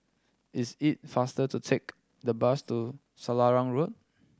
is it faster to take the bus to Selarang Road